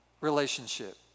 relationship